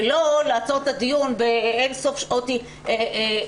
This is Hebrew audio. ולא נעצור את הדיון באין-סוף שעות הסתייגויות,